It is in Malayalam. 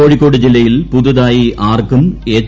കോഴിക്കോട് ജില്ലയിൽ പുതുതായി ആർക്കും എച്ച്